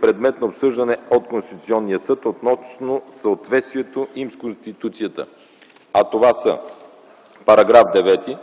предмет на обсъждане от Конституционния съд относно съответствието им с Конституцията. Такива са: § 9